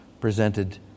presented